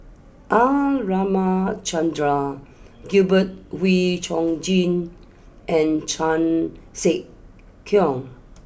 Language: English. R Ramachandran Gabriel Oon Chong Jin and Chan Sek Keong